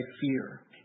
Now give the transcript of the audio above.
fear